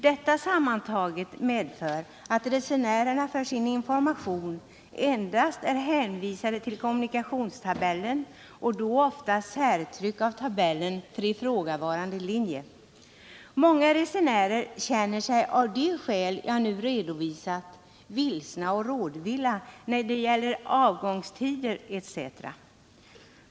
Detta sammantaget medför att resenärerna för sin information är hänvisade uteslutande till kommunikationstabellen och då ofta till särtryck av tabellen för ifrågavarande linje. Många resenärer känner sig, av de skäl jag nu redovisat, vilsna och rådvilla när det gäller avgångstider etc.